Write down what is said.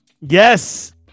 Yes